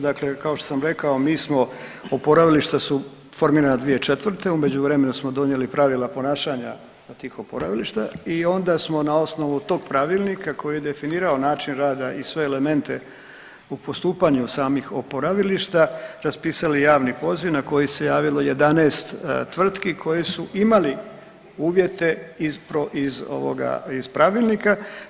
Dakle, kao što sam rekao mi smo, oporavilišta su formirana 2004., u međuvremenu smo donijeli pravila ponašanja za tih oporavilišta i onda smo na osnovu tog pravilnika koji je definirao način rada i sve elemente u postupanju samih oporavilišta raspisali javni poziv na koji se javilo 11 tvrtki koji su imali uvjete iz ovoga pravilnika.